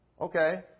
Okay